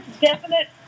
definite